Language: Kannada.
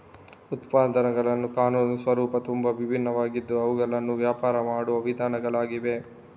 ಉತ್ಪನ್ನಗಳ ಕಾನೂನು ಸ್ವರೂಪವು ತುಂಬಾ ವಿಭಿನ್ನವಾಗಿದ್ದು ಅವುಗಳನ್ನು ವ್ಯಾಪಾರ ಮಾಡುವ ವಿಧಾನಗಳಾಗಿವೆ